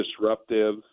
disruptive